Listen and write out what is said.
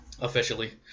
Officially